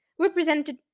represented